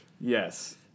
Yes